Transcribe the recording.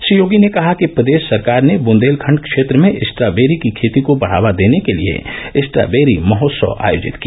श्री योगी ने कहा कि प्रदेश सरकार ने बुन्देलखण्ड क्षेत्र में स्ट्रॉबेरी की खेती को बढ़ावा देने के लिये स्ट्रॉबेरी महोत्सव आयोजित किया